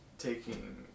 taking